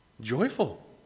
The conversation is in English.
joyful